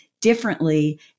differently